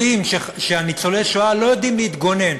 יודעים שניצולי השואה לא יודעים להתגונן,